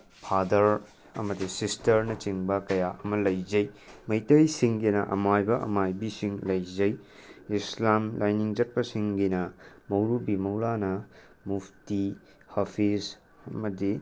father ꯑꯃꯗꯤ ꯁꯤꯁꯇꯔꯅ ꯆꯤꯡꯕ ꯀꯌꯥ ꯑꯃ ꯂꯩꯖꯩ ꯃꯩꯇꯩꯁꯤꯡꯒꯤꯅ ꯑꯃꯥꯏꯕ ꯑꯃꯥꯏꯕꯤꯁꯤꯡ ꯂꯩꯖꯩ ꯏꯁꯂꯥꯝ ꯂꯥꯏꯅꯤꯡ ꯆꯠꯄꯁꯤꯡꯒꯤꯅ ꯃꯧꯔꯨꯕꯤ ꯃꯧꯔꯥꯅ ꯃꯨꯐꯇꯤ ꯍꯥꯐꯤꯁ ꯑꯃꯗꯤ